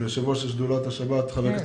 וכן ליושב-ראש שדולת השבת חבר הכנסת